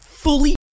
fully